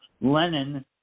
Lenin